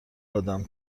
آدم